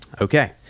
okay